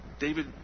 David